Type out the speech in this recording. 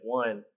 one